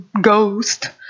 ghost